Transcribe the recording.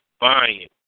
buying